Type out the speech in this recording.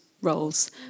roles